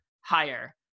higher